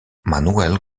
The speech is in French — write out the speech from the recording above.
manuel